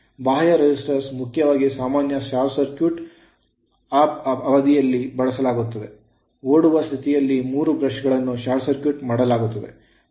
ಬಾಹ್ಯ resistors ಮುಖ್ಯವಾಗಿ ಸಾಮಾನ್ಯ ಸ್ಟಾರ್ಟ್ ಅಪ್ ಅವಧಿಯಲ್ಲಿ ಬಳಸಲಾಗುತ್ತದೆ ಓಡುವ ಸ್ಥಿತಿಯಲ್ಲಿ ಮೂರು ಬ್ರಷ್ ಗಳನ್ನು ಶಾರ್ಟ್ ಸರ್ಕ್ಯೂಟ್ ಮಾಡಲಾಗುತ್ತದೆ